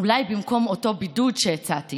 אולי במקום אותו בידוד שהצעתי